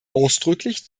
ausdrücklich